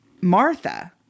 martha